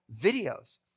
videos